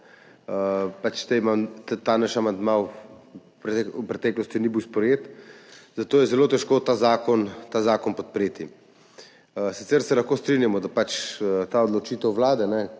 ta naš amandma v preteklosti ni bil sprejet, zato je zelo težko ta zakon podpreti. Sicer se lahko strinjamo, da ta odločitev vlade,